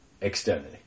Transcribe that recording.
externally